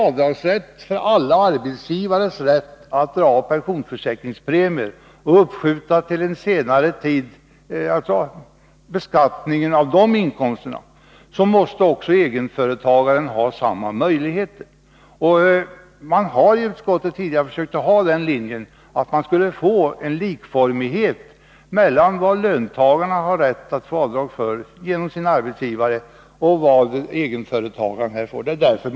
Om alla arbetsgivare medges rätt att dra av pensionsförsäkringspremier och uppskjuta beskattningen till en senare tid, måste också egenföretagare få samma möjlighet. Vi har i utskottet försökt att få en likformighet mellan vad löntagarna har rätt att göra avdrag för och vad en egenföretagare får.